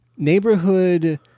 Neighborhood